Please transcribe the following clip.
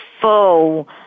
full